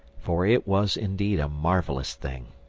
for it was indeed a marvellous thing.